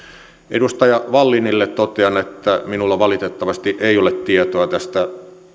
edustaja wallinille totean että minulla valitettavasti ei ole tietoa tästä